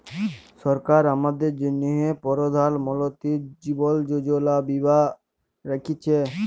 সরকার আমাদের জ্যনহে পরধাল মলতিরি জীবল যোজলা বীমা রাখ্যেছে